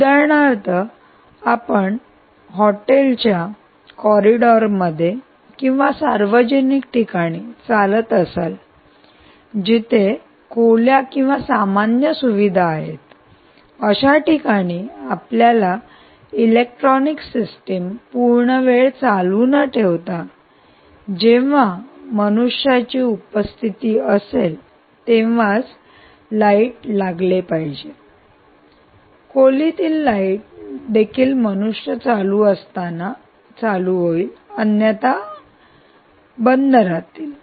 उदाहरणार्थ आपण हॉटेलच्या कॉरिडॉरमध्ये किंवा सार्वजनिक ठिकाणी चालत असाल जिथे खोल्या किंवा सामान्य सुविधा आहेत अशा ठिकाणी आपल्याला इलेक्ट्रॉनिक सिस्टीम पूर्ण वेळ चालू न ठेवता जेव्हा मनुष्याची उपस्थिती असेल तेव्हाच लाईट लागतील खोलीतील लाईट देखील मनुष्य असताना चालू होईल अन्यथा बंद राहतील